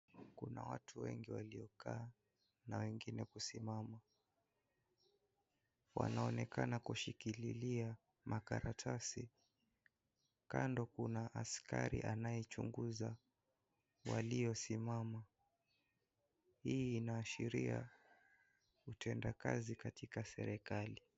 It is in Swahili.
Kuna watu wengi waliokaa na wengine kusimama, wanaonekana kushikililia makaratasi, kando kuna askari anayechunguza waliosimama hii inaashiria utendakazi katika serikali.